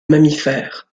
mammifères